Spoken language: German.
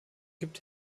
gibt